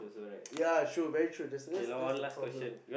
ya true very true that's it is that's the problem